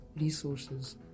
resources